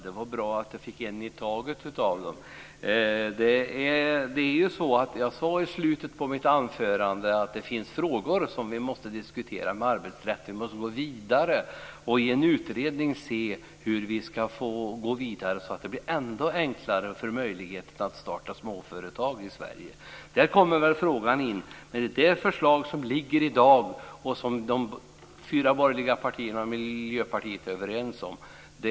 Fru talman! Det är bra att jag får en fråga i taget. Jag sade i slutet på mitt anförande att det finns frågor i arbetsrätten som vi måste diskutera. Vi måste i en utredning se hur vi ska gå vidare för att ytterligare förenkla startande av småföretag i Sverige. I det sammanhanget kommer det förslag som föreligger i dag och som de fyra borgerliga partierna och Miljöpartiet är överens om in.